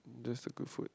just the good food